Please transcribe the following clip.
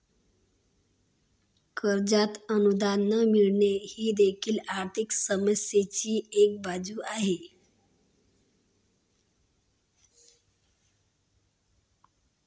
कर्जात अनुदान न मिळणे ही देखील आर्थिक समस्येची एक बाजू आहे